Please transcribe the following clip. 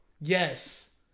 Yes